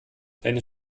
deine